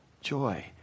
joy